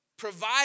provide